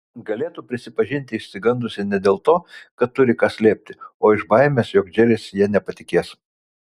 galėtų prisipažinti išsigandusi ne dėl to kad turi ką slėpti o iš baimės jog džeris ja nepatikės